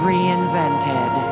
Reinvented